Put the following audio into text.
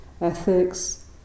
ethics